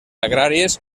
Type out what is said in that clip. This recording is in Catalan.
agràries